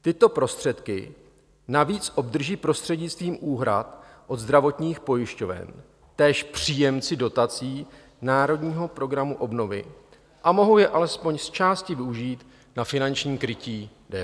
Tyto prostředky navíc obdrží prostřednictvím úhrad od zdravotních pojišťoven též příjemci dotací Národního programu obnovy a mohou je alespoň zčásti využít na finanční krytí DPH.